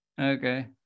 Okay